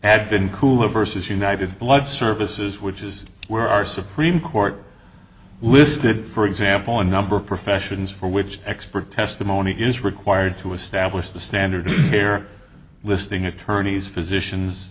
had been cool versus united blood services which is where our supreme court listed for example a number of professions for which expert testimony is required to establish the standard fair listing attorneys physicians